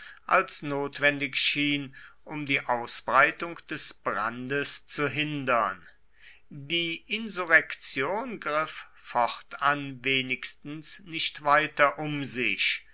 als notwendig schien um die ausbreitung des brandes zu hindern die insurrektion griff fortan wenigstens nicht weiter um sich